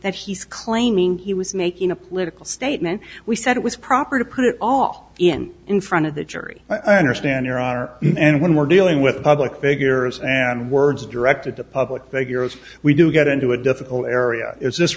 that he's claiming he was making a political statement we said it was proper to put it all in in front of the jury i understand your honor and when we're dealing with a public figure and words directed to public figures we do get into a difficult area is this